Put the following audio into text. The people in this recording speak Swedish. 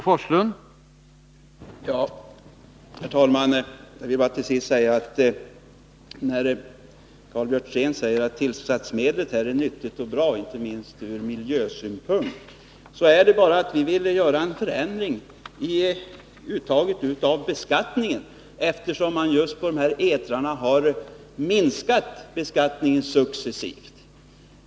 Herr talman! Karl Björzén sade att tillsatsmedlet är nyttigt och bra inte minst ur miljösynpunkt. Jag vill då till sist bara säga att vi vill göra en förändring i uttaget av skatt, eftersom man när det gäller dessa etrar har minskat beskattningen successivt.